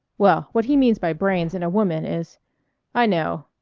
well, what he means by brains in a woman is i know,